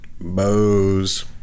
Bose